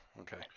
okay